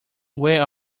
where